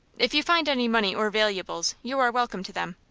if you find any money or valuables, you are welcome to them.